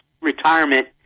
retirement